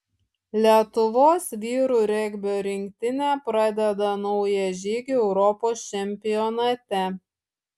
lietuvos vyrų regbio rinktinė pradeda naują žygį europos čempionate